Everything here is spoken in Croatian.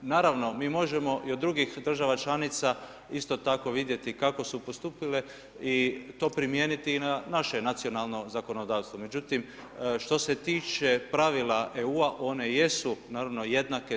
Naravno, mi možemo i od drugih država članica isto tako vidjeti kako su postupile i to primijeniti i na naše nacionalno zakonodavstvo, međutim što se tiče pravila EU-a one jesu jednake za sve članice EU.